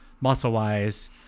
muscle-wise